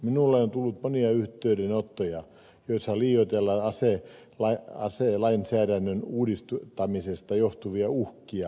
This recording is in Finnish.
minulle on tullut monia yhteydenottoja joissa liioitellaan aselainsäädännön uudistamisesta johtuvia uhkia